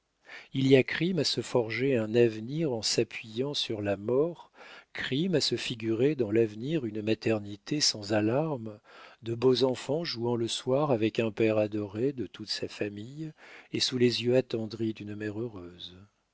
il y a crime à se forger un avenir en s'appuyant sur la mort crime à se figurer dans l'avenir une maternité sans alarmes de beaux enfants jouant le soir avec un père adoré de toute sa famille et sous les yeux attendris d'une mère heureuse